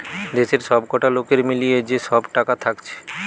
দেশের সবকটা লোকের মিলিয়ে যে সব টাকা থাকছে